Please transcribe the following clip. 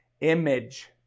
image